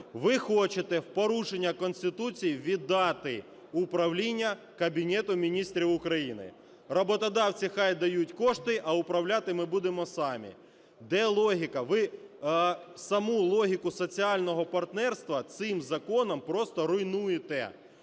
Ви хочете в порушення Конституції віддати управління Кабінету Міністрів України. Роботодавці хай дають кошти, а управляти ми будемо самі. Де логіка? Ви саму логіку соціального партнерства цим законом просто руйнуєте.